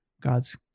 God's